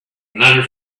another